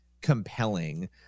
compelling